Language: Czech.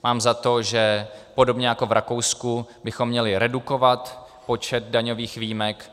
Mám za to, že podobně jako v Rakousku bychom měli redukovat počet daňových výjimek.